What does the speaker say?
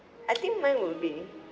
I think mine will be